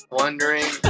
wondering